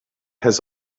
has